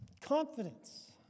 Confidence